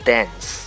Dance